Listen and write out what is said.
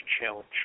challenge